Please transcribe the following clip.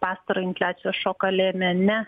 pastarąjį infliacijos šoką lėmė ne